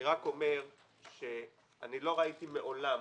אני רק אומר שלא ראיתי מעולם